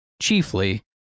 chiefly